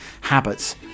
habits